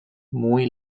muy